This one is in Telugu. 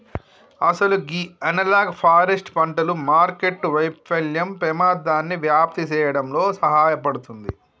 అసలు గీ అనలాగ్ ఫారెస్ట్ పంటలు మార్కెట్టు వైఫల్యం పెమాదాన్ని వ్యాప్తి సేయడంలో సహాయపడుతుంది